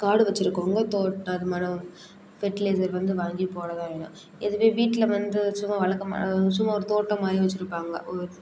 காடு வச்சிருக்கோங்க தோட்டம் அது மாதிரி ஃபெர்டிலைசர் வந்து வாங்கி போட தான் வேணும் இதுவே வீட்டில வந்து சும்மா வழக்கமா சும்மா ஒரு தோட்டம் மாதிரி வச்சிருப்பாங்க ஒரு